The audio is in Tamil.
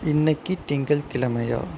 இன்னைக்கு திங்கள் கிழமையா